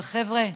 אבל חבר'ה,